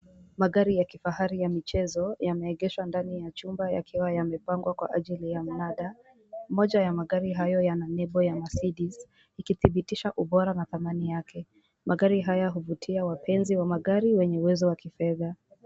Magari ya kifahari ya michezo, yameegeshwa ndani ya chumba yakiwa yamepangwa kwa ajili ya mnada. Moja ya magari hayo yana nembo ya Mercedes ikidhibitisha ubora na thamani yake. Magari haya huvutia wapenzi wa magari wenye uwezo wa kifedha.